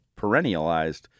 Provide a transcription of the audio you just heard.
perennialized